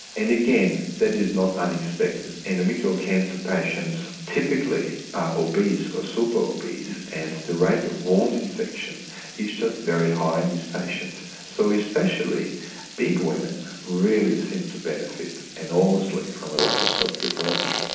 and again, that is not unexpected. endometrial cancer patients typically are obese or super-obese, and the rate of wound infection is just very high in these patients. so especially big women really seem to benefit enormously from a laparoscopic approach.